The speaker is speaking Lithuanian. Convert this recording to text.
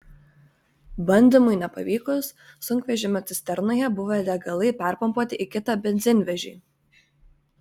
bandymui nepavykus sunkvežimio cisternoje buvę degalai perpumpuoti į kitą benzinvežį